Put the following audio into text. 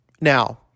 now